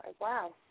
wow